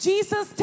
Jesus